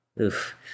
Oof